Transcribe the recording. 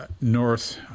north